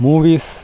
movies